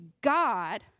God